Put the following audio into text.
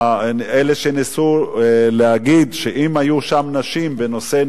אלה שניסו להגיד שאם היו נשים בנושאי